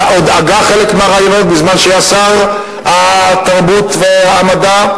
הגה חלק מהרעיונות בזמן שהיה שר התרבות והמדע,